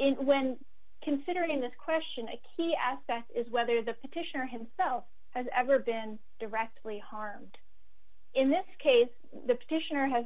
is when considering this question a key aspect is whether the petitioner himself has ever been directly harmed in this case the petitioner has